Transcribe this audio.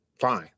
fine